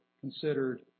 considered